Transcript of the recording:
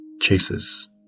chases